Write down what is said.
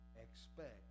expect